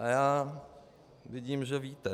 Já vidím, že víte.